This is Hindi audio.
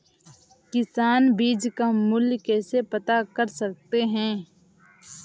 किसान बीज का मूल्य कैसे पता कर सकते हैं?